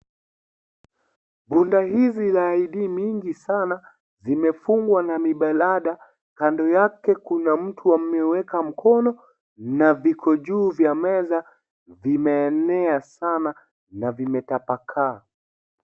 Bunda hizi la ID mingi sana zimefungwa na miblada . Kando yake kuna mtu ameweka mkono na viko juu vya meza vimeenea sana na vimetapakaa.